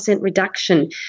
reduction